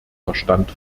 verstand